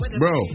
bro